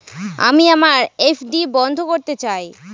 আমি আমার এফ.ডি বন্ধ করতে চাই